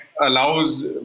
allows